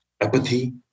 apathy